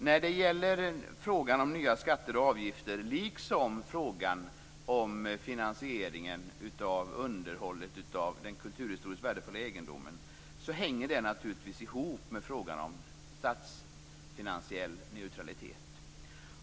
När det gäller frågan om nya skatter och avgifter liksom frågan om finansieringen av underhållet av den kulturhistoriskt värdefulla egendomen hänger detta naturligtvis ihop med frågan om statsfinansiell neutralitet.